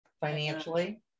financially